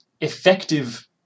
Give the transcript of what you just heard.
effective